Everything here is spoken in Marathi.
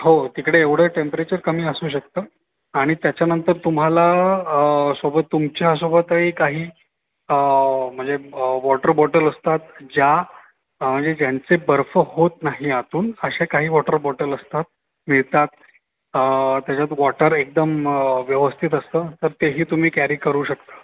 हो तिकडे एवढं टेम्प्रेचर कमी असू शकतं आणि त्याच्यानंतर तुम्हाला सोबत तुमच्यासोबतही काही म्हणजे वॉटर बॉटल असतात ज्या म्हणजे ज्यांचे बर्फ होत नाही आतून असे काही वॉटर बॉटल असतात मिळतात त्याच्यात वॉटर एकदम व्यवस्थित असतं तर तेही तुम्ही कॅरी करू शकता